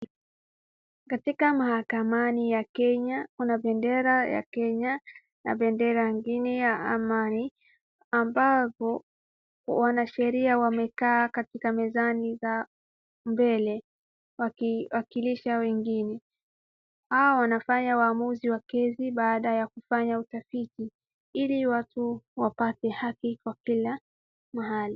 Katika mahakamani ya Kenya kuna bendera ya Kenya na bendera ingine ya amani, ambazo wanasheria wamekaa katika mezani za mbele waki wakilisha wengine. Hawa wanafanya uamuzi hizi baada ya kufanya utafiti ili watu wapate haki kwa kila mahali.